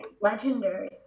legendary